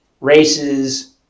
races